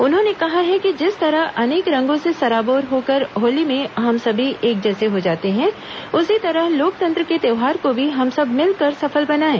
उन्होंने कहा है कि जिस तरह अनेक रंगों से सराबोर होकर होली में हम सभी एक जैसे हो जाते हैं उसी तरह लोकतंत्र के त्यौहार को भी हम सब मिलकर सफल बनाएं